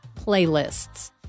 playlists